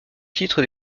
titre